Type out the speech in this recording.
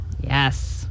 Yes